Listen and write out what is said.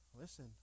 Listen